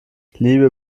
liebe